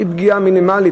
פגיעה מינימלית,